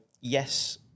yes